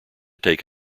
take